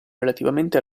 relativamente